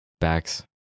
backs